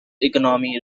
economy